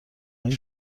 این